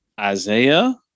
Isaiah